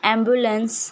ambulance